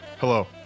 Hello